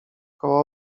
koło